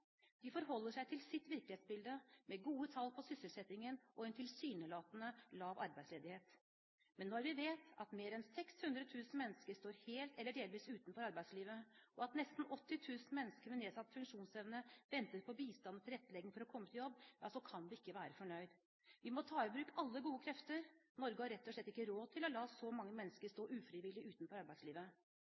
De forholder seg til sitt virkelighetsbilde, med gode tall på sysselsettingen og en tilsynelatende lav arbeidsledighet. Men når vi vet at mer enn 600 000 mennesker står helt eller delvis utenfor arbeidslivet, og at nesten 80 000 mennesker med nedsatt funksjonsevne venter på bistand og tilrettelegging for å komme ut i jobb, kan vi ikke være fornøyd. Vi må ta i bruk alle gode krefter. Norge har rett og slett ikke råd til å la så mange mennesker stå ufrivillig utenfor arbeidslivet.